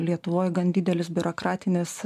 lietuvoj gan didelis biurokratinis